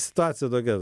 situacija tokia